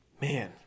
man